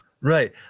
right